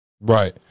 right